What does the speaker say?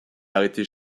arrêter